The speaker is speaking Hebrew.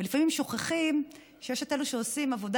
ולפעמים שוכחים שיש את אלה שעושים עבודה